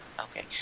Okay